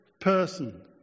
person